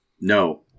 No